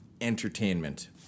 entertainment